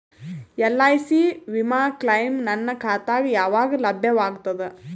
LIC ವಿಮಾ claim ನನ್ನ ಖಾತಾಗ ಯಾವಾಗ ಲಭ್ಯವಾಗತದ?